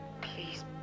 Please